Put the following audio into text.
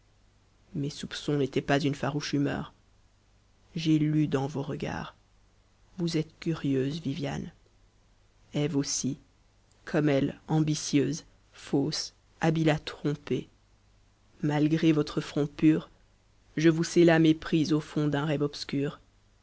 mes soupçons n'étaient pas une farouche humeur j'ai lu dans vos regards vous êtes curieuse viviane eve aussi comme elle ambitieuse fausse habile à tromper malgré votre front pur je vous sais l'âme éprise au fond d'un rêve obscur